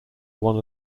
one